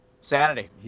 Sanity